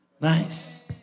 Nice